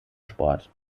sport